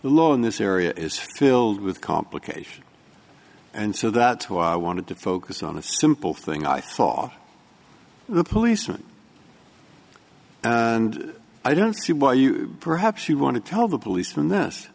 the law in this area is filled with complication and so that's why i wanted to focus on a simple thing i saw the policeman and i don't see why you perhaps you want to tell the police